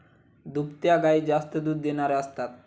दुभत्या गायी जास्त दूध देणाऱ्या असतात